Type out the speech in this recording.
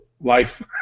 life